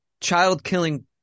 child-killing